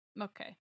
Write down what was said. Okay